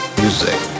music